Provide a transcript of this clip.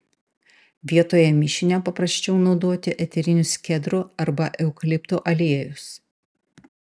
vietoje mišinio paprasčiau naudoti eterinius kedrų arba eukaliptų aliejus